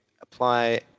apply